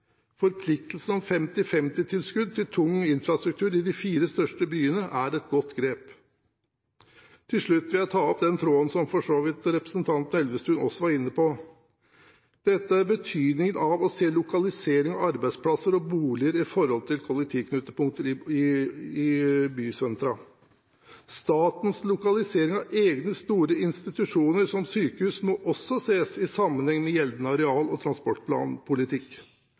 Forpliktelsen 50–50-tilskudd til tung infrastruktur i de fire største byene er et godt grep. Til slutt vil jeg ta opp den tråden som for så vidt representanten Elvestuen også var inne på, nemlig betydningen av å se lokalisering av arbeidsplasser og boliger i forhold til kollektivknutepunkter i bysentra. Statens lokalisering av egne store institusjoner, som sykehus, må også ses i sammenheng med gjeldende areal- og